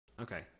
Okay